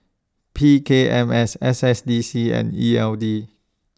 P K M S S S D C and E L D